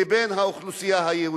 לבין האוכלוסייה היהודית.